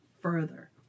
further